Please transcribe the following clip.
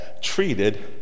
treated